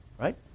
right